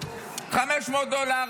500 דולר.